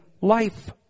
life